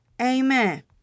Amen